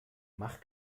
mach